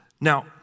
Now